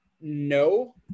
No